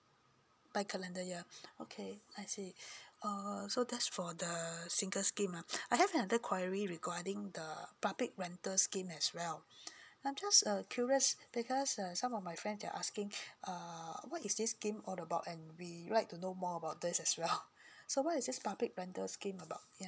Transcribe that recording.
by calendar year okay I see err so that's for the single scheme ah I have another query regarding the public rental scheme as well I'm just uh curious because um some of my friend they're asking err what is this scheme all about and we like to know more about this as well so what's this public rental scheme about ya